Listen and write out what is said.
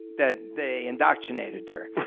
that they indoctrinated her.